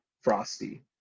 frosty